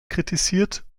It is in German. kritisiert